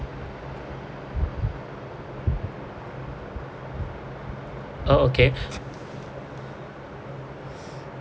oh okay